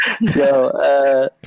Yo